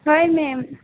হয় মেম